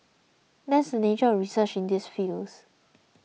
that's just the nature of research in these fields